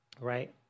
right